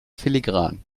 filigran